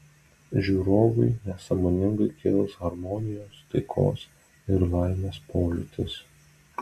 žiūrovui nesąmoningai kils harmonijos taikos ir laimės pojūtis